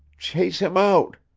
chase him out,